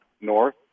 north